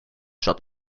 zat